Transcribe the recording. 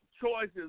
choices